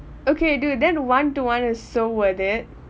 okay dude then one to one is so worth it